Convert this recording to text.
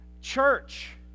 Church